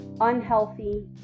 unhealthy